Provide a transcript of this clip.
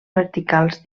verticals